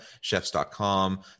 Chefs.com